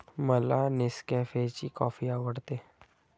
मला नेसकॅफेची कॉफी आवडते